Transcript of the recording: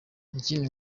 ikindi